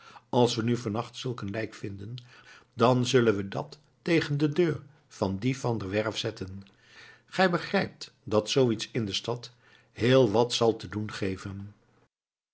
als we nu vannacht zulk een lijk vinden dan zullen we dat tegen de deur van dien van der werff zetten gij begrijpt dat zoo iets in de stad heel wat zal te doen geven